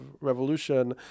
revolution